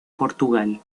portugal